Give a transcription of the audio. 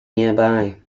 nearby